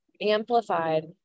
amplified